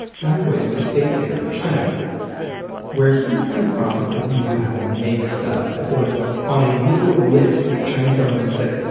found his way to a state dinner in china where he had kind of promised that he knew how to make stuff that was on a literal list that the chinese government had said,